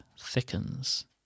thickens